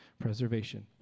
Preservation